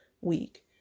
week